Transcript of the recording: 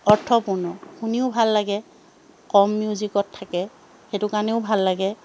অৰ্থপূৰ্ণ শুনিও ভাল লাগে কম মিউজিকত থাকে সেইটো কাৰণেও ভাল লাগে